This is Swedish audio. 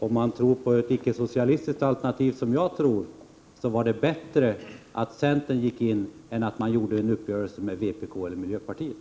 Om man tror på ett icke-socialistiskt alternativ, som jag tror på, är det bättre att centern går in än att socialdemokraterna träffar en uppgörelse med vpk eller miljöpartiet.